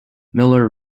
miller